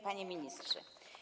Panie Ministrze!